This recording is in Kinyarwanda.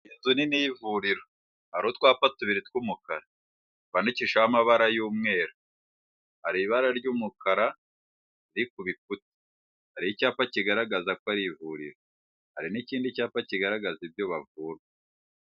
Inzu nini y'ivuriro hari utwapa tubiri tw'umukara twandikishaho amabara y'umweru, hari ibara ry'umukara riri kubikuta hari icyapa kigaragaza ko ari ivuriro hari n'ikindi cyapa kigaragaza ibyo bavura.